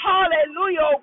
Hallelujah